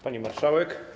Pani Marszałek!